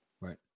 right